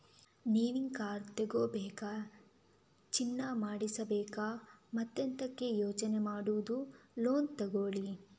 ನಿಮಿಗೆ ಕಾರ್ ತಗೋಬೇಕಾ, ಚಿನ್ನ ಮಾಡಿಸ್ಬೇಕಾ ಮತ್ತೆಂತಕೆ ಯೋಚನೆ ಮಾಡುದು ಲೋನ್ ತಗೊಳ್ಳಿ